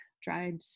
dried